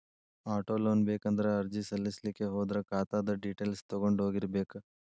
auto loan ಬೇಕಂದ್ರ ಅರ್ಜಿ ಸಲ್ಲಸ್ಲಿಕ್ಕೆ ಹೋದ್ರ ಖಾತಾದ್ದ್ ಡಿಟೈಲ್ಸ್ ತಗೊಂಢೊಗಿರ್ಬೇಕ್